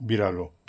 बिरालो